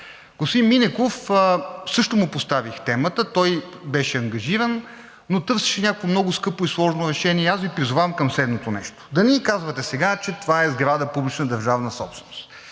господин Минеков също му поставих темата, той беше ангажиран, но търсеше някакво много скъпо и сложно решение. Аз Ви призовавам към следното нещо – да не ни казвате сега, че това е сграда,